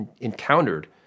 encountered